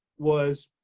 was,